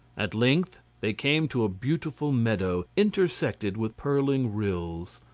at length they came to a beautiful meadow intersected with purling rills.